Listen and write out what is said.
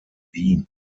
wien